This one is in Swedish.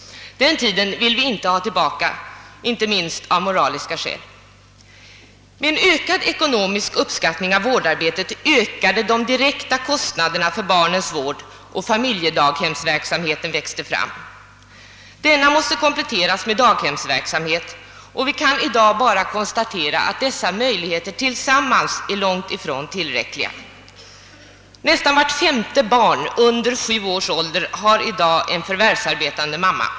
Den tiden vill vi inte ha tillbaka, inte minst av moraliska skäl. Med en bättre ekonomisk uppskattning av vårdarbetet ökade också de direkta kostnaderna för barnens vård, och familjedaghemsverksamheten växte fram. Denna måste kompletteras med daghemsverksamhet, och vi kan i dag bara konstatera att dessa möjligheter tillsammans är långt ifrån tillräckliga. Nästan vart femte barn under sju års ålder har i dag en förvärvsarbetande mamma.